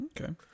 Okay